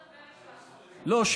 לא.